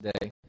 today